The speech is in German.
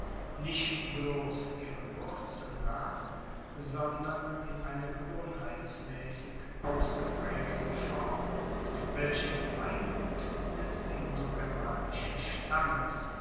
nicht bloss ihren wurzeln nach sondern in einer gewohnheitsmaessig ausgepraegten form welche gemeingut des indogermanischen stammes